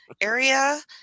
area